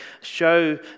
show